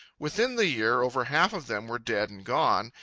within the year over half of them were dead and gone,